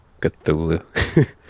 Cthulhu